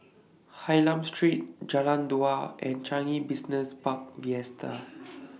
Hylam Street Jalan Dua and Changi Business Park Vista